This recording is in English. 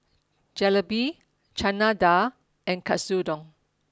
Jalebi Chana Dal and Katsudon